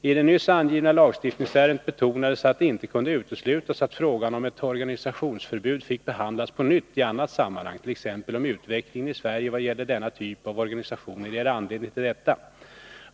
I det nyss angivna lagstiftningsärendet betonades att det inte kunde uteslutas att frågan om ett organisationsförbud fick behandlas på nytt i annat sammanhang, t.ex. om utvecklingen i Sverige vad gäller denna typ av organisationer ger anledning till detta.